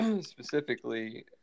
specifically –